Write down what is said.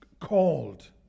called